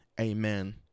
Amen